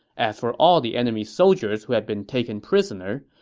as for all the enemy soldiers who had been taken prisoner,